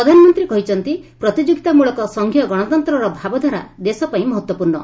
ପ୍ରଧାନମନ୍ତ୍ରୀ କହିଛନ୍ତି ପ୍ରତିଯୋଗିତାମୂଳକ ସଂଘୀୟ ଗଣତନ୍ତ୍ରର ଭାବଧାରା ଦେଶପାଇଁ ମହତ୍ତ୍ୱପୂର୍ଣ୍ଣ